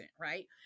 right